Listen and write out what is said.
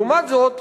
לעומת זאת,